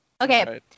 okay